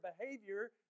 behavior